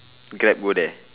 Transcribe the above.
grab go there